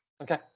Okay